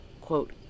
quote